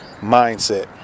mindset